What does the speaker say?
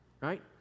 Right